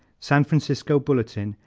san francisco bulletin,